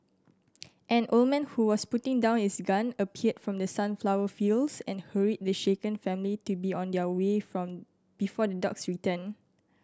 an old man who was putting down his gun appeared from the sunflower fields and hurried the shaken family to be on their way from before the dogs return